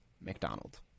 McDonald